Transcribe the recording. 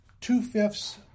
two-fifths